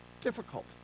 difficult